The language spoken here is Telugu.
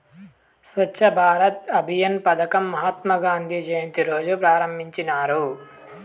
స్వచ్ఛ భారత్ అభియాన్ పదకం మహాత్మా గాంధీ జయంతి రోజా ప్రారంభించినారు